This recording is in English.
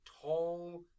tall